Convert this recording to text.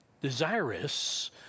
desirous